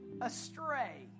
astray